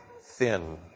thin